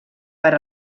per